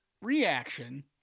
reaction